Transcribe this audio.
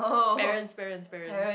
parents parents parents